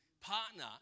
partner